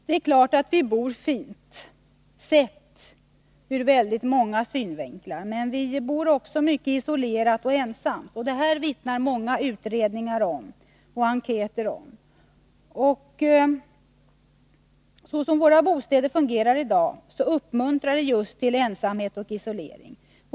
Det är klart att vi bor fint sett ur väldigt många synvinklar, men vi bor också mycket isolerat och ensamt. Det vittnar många utredningar och enkäter om. Och så som våra bostäder fungerar i dag uppmuntrar de till just ensamhet och isolering.